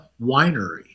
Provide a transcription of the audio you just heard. winery